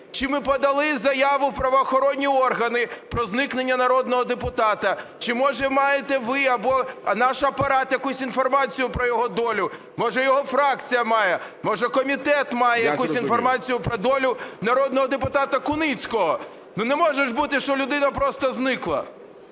Чи ми подали заяву в правоохоронні органи про зникнення народного депутата? Чи, може, маєте ви або наш Апарат якусь інформацію про його долю, може, його фракція має, може, комітет має якусь інформацію про долю народного депутата Куницького? Ну не може бути, що людина просто зникла!